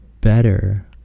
better